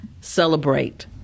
Celebrate